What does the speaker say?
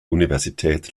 universität